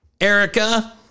Erica